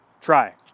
Try